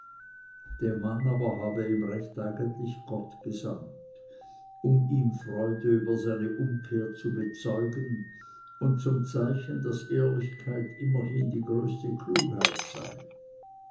den mann aber habe ihm recht eigentlich gott gesandt um ihm freude über seine umkehr zu bezeugen und zum zeichen daß ehrlichkeit immerhin die größte klugheit sei